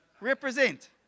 Represent